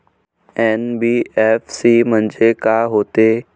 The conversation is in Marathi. एन.बी.एफ.सी म्हणजे का होते?